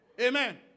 Amen